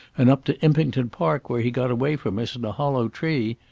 and up to impington park where he got away from us in a hollow tree.